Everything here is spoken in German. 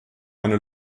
eine